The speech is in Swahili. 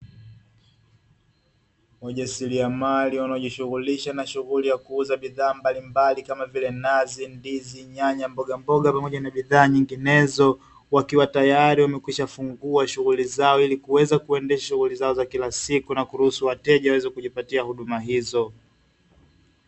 Wajasiriamali wanaojishughulisha na shughuli ya kuuza bidhaa mbalimbali kama vile nazi, ndizi, nyanya, mboga mboga nyinginezo wakiwa tayari wamekwisha fungua shughuli zao ili kuweza kuendesha wizara za kila siku na kuruhusu wateja waweze kujipatia huduma hizo.